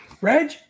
Reg